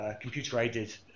computer-aided